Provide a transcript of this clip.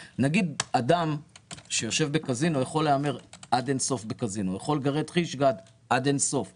אדם שיושב בקזינו יכול להמר עד אין-סוף בקזינו,